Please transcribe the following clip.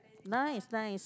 nice nice